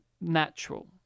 natural